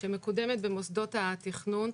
שמקודמת במוסדות התכנון,